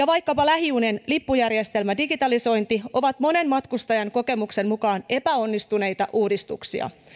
vaikkapa lähijunien lippujärjestelmän digitalisointi ovat monen matkustajan kokemuksen mukaan epäonnistuneita uudistuksia